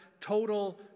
total